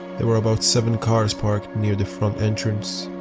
there were about seven cars parked near the front entrance,